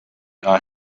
are